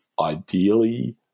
Ideally